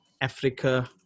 africa